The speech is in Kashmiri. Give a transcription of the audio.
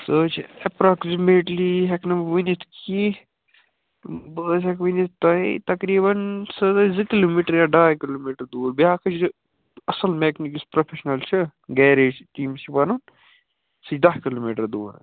سُہ حظ چھِ ایٚپراکزمیٹلی ہٮ۪کہٕ نہٕ بہٕ ؤنِتھ کیٚنہہ بہٕ حظ ہٮ۪کہٕ ؤنِتھ تۄہہِ تقریٖبَن سٔہ حظ آسہِ زٕ کِلوٗمیٖٹَر یا ڈاے کِلوٗمیٖٹَر دوٗر بیٛاکھ حظ چھِ اَصٕل میکنِک یُس پروفیٚشنَل چھِ گیراج ییٚمِس چھِ پَنُن سُہ چھِ داہ کِلوٗمیٖٹَر دوٗر